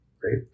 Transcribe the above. Great